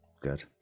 Good